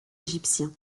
égyptien